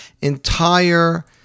entire